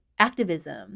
activism